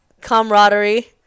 camaraderie